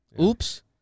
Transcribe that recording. Oops